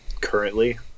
currently